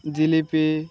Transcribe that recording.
jalebi